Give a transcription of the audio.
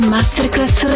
Masterclass